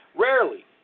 Rarely